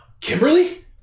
Kimberly